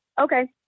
Okay